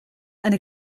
eine